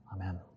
Amen